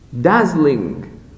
dazzling